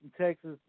texas